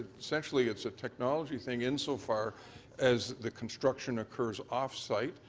essentially it's a technology thing insofar as the construction occurs off site,